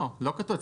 לא כתוב.